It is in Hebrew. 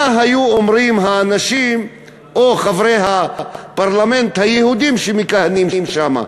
מה היו אומרים האנשים או חברי הפרלמנט היהודים שמכהנים שם?